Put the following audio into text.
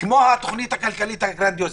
כמו התוכנית הכלכלית הגרנדיוזית.